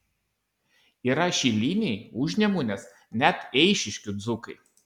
yra šiliniai užnemunės net eišiškių dzūkai